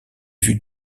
vues